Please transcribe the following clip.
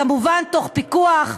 כמובן תוך פיקוח,